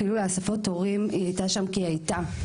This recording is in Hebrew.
אפילו לאסיפות הורים היא הייתה שם כי היא הייתה,